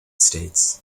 states